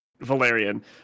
valerian